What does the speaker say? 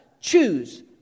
Choose